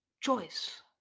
choice